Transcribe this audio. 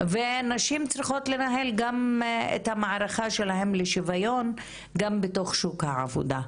ונשים צריכות לנהל את המערכה שלהן לשוויון גם בתוך שוק העבודה,